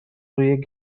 روی